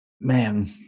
Man